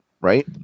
right